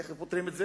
איך פותרים את זה?